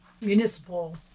municipal